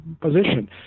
position